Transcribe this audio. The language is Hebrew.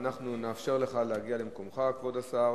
אנחנו נאפשר לך להגיע למקומך, כבוד השר.